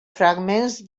fragments